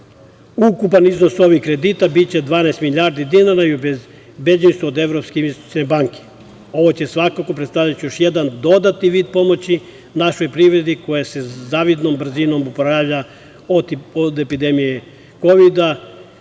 Ukupan iznos ovih kredita biće 12 milijardi dinara i obezbeđuje se od Evropske investicione banke. Ovo će svakako predstavljati još jedan dodatni vid pomoći našoj privredi, koja se zavidnom brzinom oporavlja od epidemije kovida,